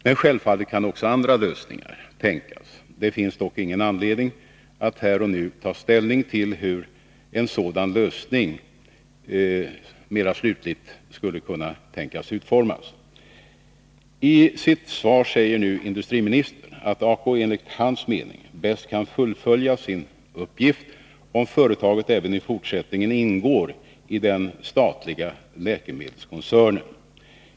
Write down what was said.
Men självfallet kan också andra lösningar tänkas. Det finns dock ingen anledning att här och nu ta ställning till hur en sådan lösning mera slutligt skulle kunna tänkas utformas. I sitt svar säger nu industriministern att ACO enligt hans mening bäst kan fullfölja sin uppgift, om företaget även i fortsättningen ingår i den statliga läkemedelskoncernen.